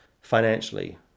financially